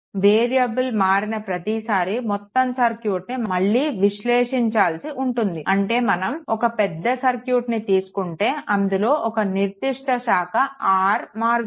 variable మారిన ప్రతిసారీ మొత్తం సర్క్యూట్ను మళ్లీ విశ్లేషించాల్సి ఉంటుంది అంటే మనం ఒక పెద్ద సర్క్యూట్ని తీసుకుంటే అందులో ఒక నిర్దిష్ట శాఖ R మారుతోంది